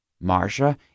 Marcia